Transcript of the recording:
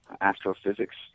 astrophysics